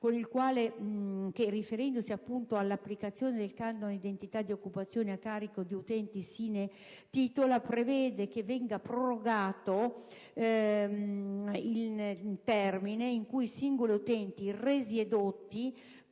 che, riferendosi all'applicazione del canone di indennità di occupazione a carico di utenti *sine titulo*, prevede che venga prorogato il termine in cui i singoli utenti, resi edotti,